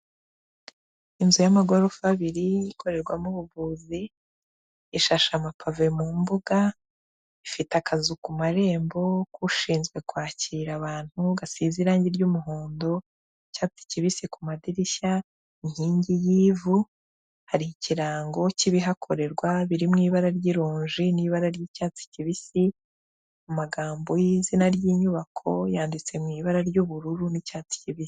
Inzu y'amagorofa abiri, ikorerwamo ubuvuzi, ishashe amapave mu mbuga, ifite akazu ku marembo k'ushinzwe kwakira abantu gasize irangi ry'umuhondo, icyatsi kibisi ku madirishya, inkingi y'ivu, hari ikirango cy'ibihakorerwa biri mu ibara ry'ironji n'ibara ry'icyatsi kibisi, mu magambo y'izina ry'inyubako yanditse mu ibara ry'ubururu n'icyatsi kibisi.